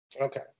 Okay